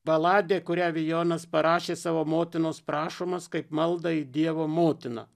baladė kurią vijonas parašė savo motinos prašomas kaip maldą į dievo motiną